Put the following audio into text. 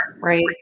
right